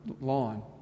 lawn